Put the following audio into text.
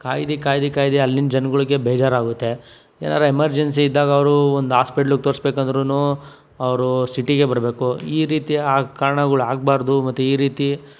ಕಾದು ಕಾದು ಕಾದು ಅಲ್ಲಿನ ಜನಗಳಿಗೆ ಬೇಜಾರಾಗುತ್ತೆ ಏನಾದ್ರೂ ಎಮರ್ಜೆನ್ಸಿ ಇದ್ದಾಗ ಅವರು ಒಂದು ಹಾಸ್ಪಿಟ್ಲ್ಗೆ ತೋರಿಸಬೇಕೆಂದರೂನೂ ಅವರು ಸಿಟಿಗೆ ಬರಬೇಕು ಈ ರೀತಿ ಆ ಕಾರಣಗಳು ಆಗಬಾರದು ಮತ್ತೆ ಈ ರೀತಿ